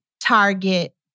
target